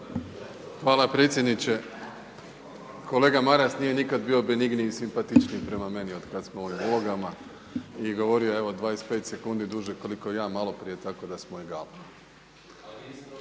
Hvala predsjedniče. Kolega Maras nije nikad bio benigniji i simpatičniji prema meni od kad smo u ovim ulogama i govorio je evo 25 sekundi duže koliko i ja malo prije, tako da smo